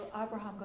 Abraham